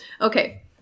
Okay